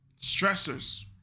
stressors